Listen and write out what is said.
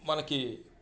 మనకి